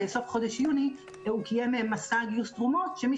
בסוף חודש יוני הוא קיים מסע גיוס תרומות שמי